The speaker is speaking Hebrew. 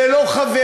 זה לא חברי,